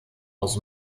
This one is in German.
aus